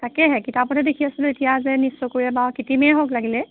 তাকেহে কিতাপতহে দেখি আছিলোঁ এতিয়া যে নিজ চকুৰে বাৰু কৃত্ৰিমেই হওঁক লাগিলে